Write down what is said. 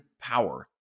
power